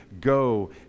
go